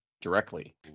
directly